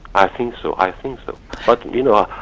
i think so i think so. but you know,